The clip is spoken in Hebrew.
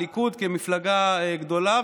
הליכוד כמפלגה גדולה,